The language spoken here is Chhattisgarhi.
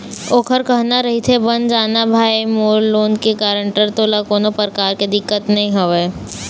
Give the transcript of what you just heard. ओखर कहना रहिथे बन जाना भाई मोर लोन के गारेंटर तोला कोनो परकार के दिक्कत नइ होवय